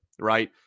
Right